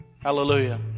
Hallelujah